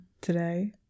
today